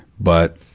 but,